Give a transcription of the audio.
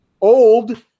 old